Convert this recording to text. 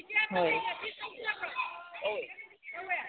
ꯍꯣꯏ